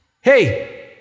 Hey